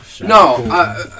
No